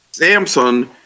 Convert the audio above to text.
Samsung